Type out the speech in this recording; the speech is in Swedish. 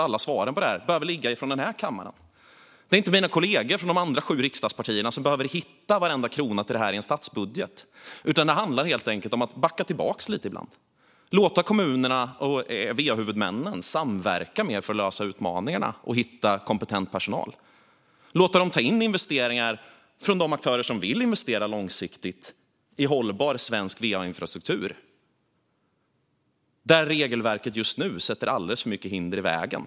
Alla svaren behöver inte komma från den här kammaren. Det är inte mina kollegor från de andra sju riksdagspartierna som behöver hitta varenda krona till detta i en statsbudget. Det handlar helt enkelt om att backa tillbaka lite ibland och låta kommunerna och va-huvudmännen samverka mer för att lösa utmaningarna och hitta kompetent personal. Det handlar om att låta dem ta in investeringar från de aktörer som vill investera långsiktigt i hållbar svensk va-infrastruktur, där regelverket just nu sätter alldeles för många hinder i vägen.